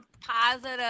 positive